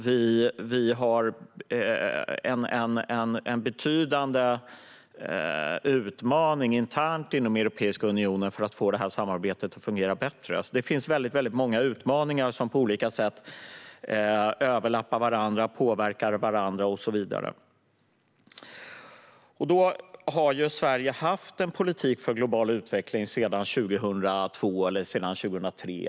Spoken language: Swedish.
Vi står inför en betydande utmaning internt i Europeiska unionen för att få samarbetet att fungera bättre. Det finns väldigt många utmaningar som på olika sätt överlappar och påverkar varandra och så vidare. Sverige har haft en politik för global utveckling sedan 2002 eller 2003.